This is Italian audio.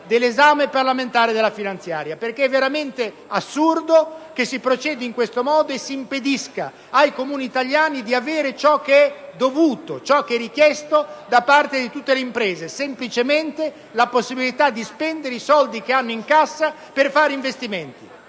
dell'esame parlamentare della finanziaria. È infatti veramente assurdo procedere in questo modo e impedire ai Comuni italiani di avere ciò che è dovuto e richiesto da tutte le imprese, ovvero semplicemente la possibilità di spendere i soldi che hanno in cassa per fare investimenti.